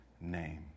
name